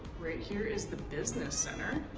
right here is the business center